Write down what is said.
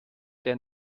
der